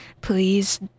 please